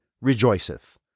rejoiceth